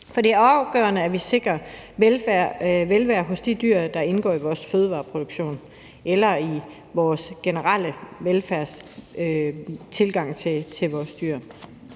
For det er afgørende, at vi sikrer velfærd for de dyr, der indgår i vores fødevareproduktion, eller i vores generelle tilgang til vores dyr.